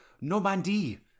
Normandy